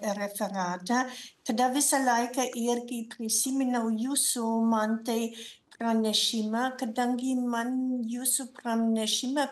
referatą tada visą laiką irgi prisiminiau jūsų mantai pranešimą kadangi man jūsų pranešime